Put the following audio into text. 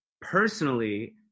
personally